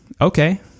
Okay